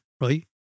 right